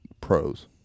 pros